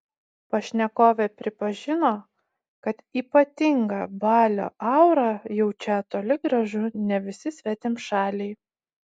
pašnekovė pripažino kad ypatingą balio aurą jaučią toli gražu ne visi svetimšaliai